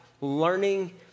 learning